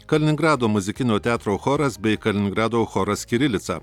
kaliningrado muzikinio teatro choras bei kaliningrado choras kirilica